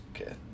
Okay